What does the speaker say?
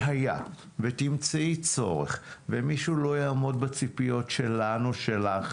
היה ותמצאי צורך ומישהו לא יעמוד בציפיות שלנו/שלך,